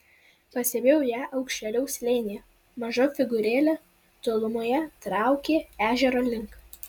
pastebėjau ją aukštėliau slėnyje maža figūrėlė tolumoje traukė ežero link